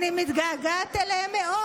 אני מתגעגעת אליהם מאוד.